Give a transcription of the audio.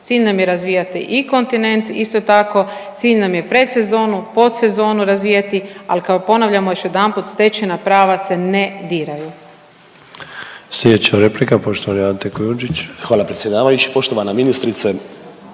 Cilj nam je razvijati i kontinent, isto tako, cilj nam je predsezonu, postsezonu razvijati, ali kao ponavljamo još jedanput, stečena prava se ne diraju. **Sanader, Ante (HDZ)** Sljedeća replika poštovani Ante Kujndžić. **Kujundžić, Ante (MOST)** Hvala predsjedavajući, poštovana ministrice.